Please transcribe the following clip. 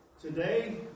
Today